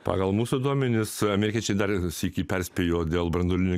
pagal mūsų duomenis amerikiečiai dar sykį perspėjo dėl branduolinio